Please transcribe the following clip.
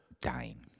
dying